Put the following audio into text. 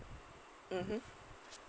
mmhmm